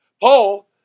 Paul